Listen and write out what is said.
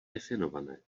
definované